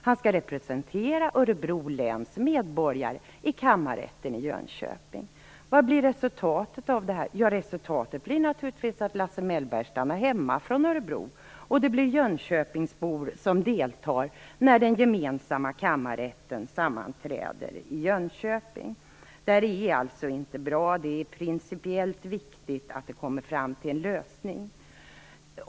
Han skall representera Örebro läns medborgare i Kammarrätten i Jönköping. Vad blir resultatet av det här? Resultatet blir naturligtvis att Lasse Mellberg stannar hemma i Örebro, och det blir jönköpingsbor som deltar när den gemensamma kammarrätten sammanträder i Jönköping. Detta är alltså inte bra. Det är principiellt viktigt att det kommer fram en lösning.